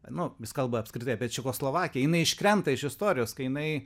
nu jis kalba apskritai apie čekoslovakiją jinai iškrenta iš istorijos kai jinai